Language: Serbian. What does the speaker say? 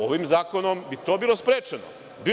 Ovim zakonom bi to bilo sprečeno.